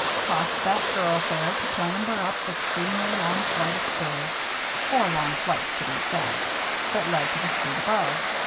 crossed that thoroughfare to clamber up the exceedingly long flight of stairs four long flights to be exact that led to the street above.